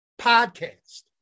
podcast